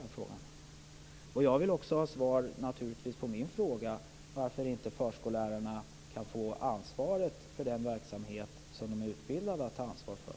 Jag vill naturligtvis också ha svar på min fråga, varför inte förskollärarna kan få ansvaret för den verksamhet som de är utbildade att ta ansvar för.